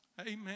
Amen